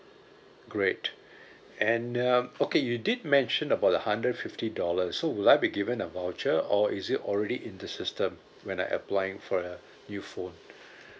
great and uh okay you did mentioned about the hundred fifty dollars so would I be given a voucher or is it already in the system when I applying for a new phone